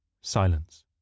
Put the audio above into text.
Silence